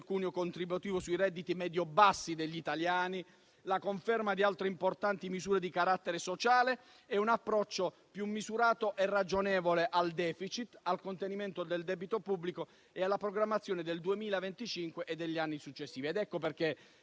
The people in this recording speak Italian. contributivo sui redditi medio-bassi degli italiani, altre importanti misure di carattere sociale e un approccio più misurato e ragionevole al *deficit*, al contenimento del debito pubblico e alla programmazione del 2025 e degli anni successivi. Evidenziate